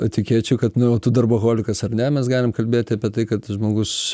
etikečių kad na o tu darboholikas ar ne mes galim kalbėti apie tai kad žmogus